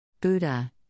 Buddha